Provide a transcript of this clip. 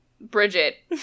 Bridget